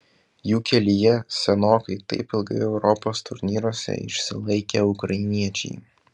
jų kelyje senokai taip ilgai europos turnyruose išsilaikę ukrainiečiai